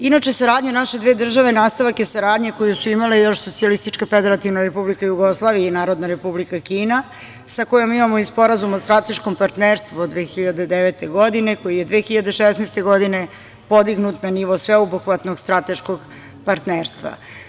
Inače, saradnja naše dve države nastavak je saradnje koju su imale još SFRJ i Narodna Republika Kina, sa kojom imamo i Sporazum o strateškom partnerstvu od 2009. godine, koji je 2016. godine podignut na nivo sveobuhvatnog strateškog partnerstva.